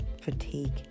fatigue